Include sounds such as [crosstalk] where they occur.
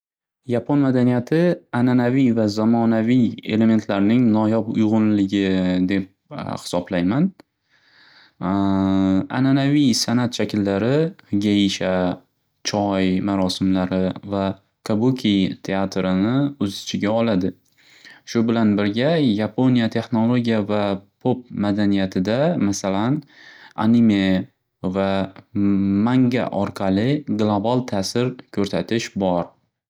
Yapon madaniyati ananaviy va zamonaviy elementlarning noyob uyg'unligi deb [hesitation] hisoblayman. [hesitation] Ananaviy sanat shakllari Geisha, Choy marosimlari va Qabuki teatirini o'z ichiga oladi. Shu bilan birga, Yaponya texnologiya va pop madaniyatida masalan, anime va [hesitation] manga orqali global ta'sir ko'rsatish bor.